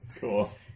cool